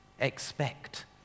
expect